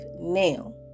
now